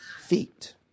feet